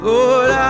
Lord